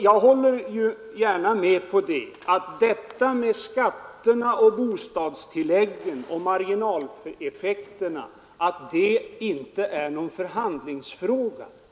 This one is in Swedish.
Jag håller gärna med om att frågan om skatterna, bostadstilläggen och marginaleffekterna inte är någon förhandlingsfråga.